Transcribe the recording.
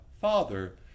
Father